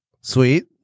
Sweet